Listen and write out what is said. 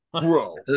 bro